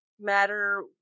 matter